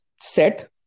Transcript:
set